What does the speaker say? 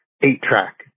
eight-track